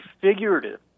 figurative